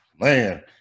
Man